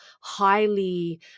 highly